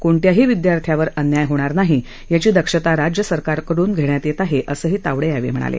कोणत्याही विद्यार्थ्यांवर अन्याय होणार नाही याची दक्षता राज्य सरकारकडून घेण्यात येत आहे असं तावडे म्हणाले